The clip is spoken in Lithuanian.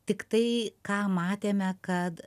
tiktai ką matėme kad